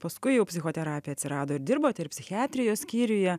paskui jau psichoterapija atsirado ir dirbote ir psichiatrijos skyriuje